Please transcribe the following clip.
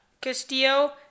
Castillo